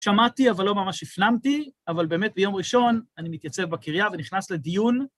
שמעתי אבל לא ממש הפנמתי, אבל באמת ביום ראשון אני מתייצב בקרייה ונכנס לדיון